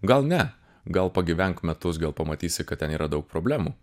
gal ne gal pagyvenk metus gal pamatysi kad ten yra daug problemų